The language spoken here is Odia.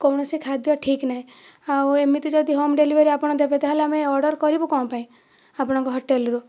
କୌଣସି ଖାଦ୍ୟ ଠିକ୍ ନାହିଁ ଆଉ ଏମିତି ଯଦି ହୋମ୍ ଡେଲିଭରି ଆପଣ ଦେବେ ତା'ହେଲେ ଆମେ ଅର୍ଡର କରିବୁ କ'ଣ ପାଇଁ ଆପଣଙ୍କ ହୋଟେଲରୁ